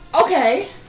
Okay